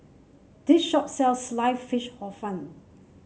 this shop sells slice fish Hor Fun